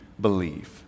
believe